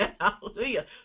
hallelujah